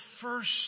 first